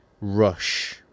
rush